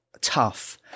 tough